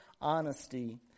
honesty